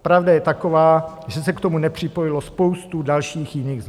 Pravda je taková, že se k tomu nepřipojilo spoustu dalších jiných zemí.